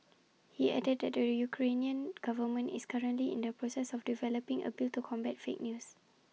he added that the Ukrainian government is currently in the process of developing A bill to combat fake news